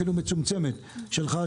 אפילו מצומצמת: שלך,